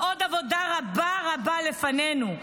ועוד עבודה רבה רבה לפנינו.